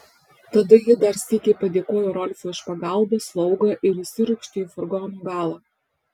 tada ji dar sykį padėkojo rolfui už pagalbą slaugą ir įsiropštė į furgono galą